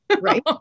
Right